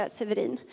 Severin